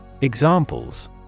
Examples